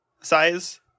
size